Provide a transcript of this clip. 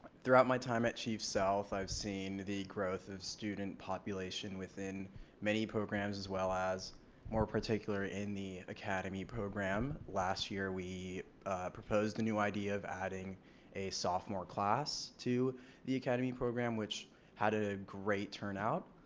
throughout my time at chief sealth i've seen the growth of student population within many programs as well as more particularly in the academy program. last year we proposed a new idea of adding a sophomore class to the academy program which had a great turn out.